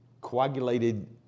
coagulated